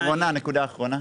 מי בעד קבלת הרוויזיה?